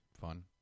fun